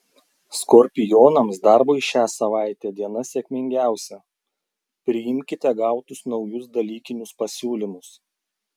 skorpionams darbui šią savaitę diena sėkmingiausia priimkite gautus naujus dalykinius pasiūlymus